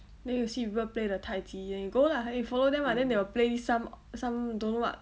then you see people play the tai chi and go lah you follow them lah then they will play some some don't know what